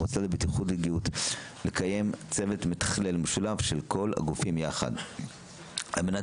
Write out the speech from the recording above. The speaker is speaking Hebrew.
המועצה לבטיחות ולגהות לקיים צוות מתכלל משולב של כל הגופים יחד על מנת